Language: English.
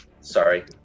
Sorry